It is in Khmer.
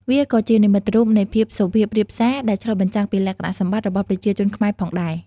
វាក៏ជា និមិត្តរូបនៃភាពសុភាពរាបសារ ដែលឆ្លុះបញ្ចាំងពីលក្ខណៈសម្បត្តិរបស់ប្រជាជនខ្មែរផងដែរ។